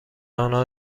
انها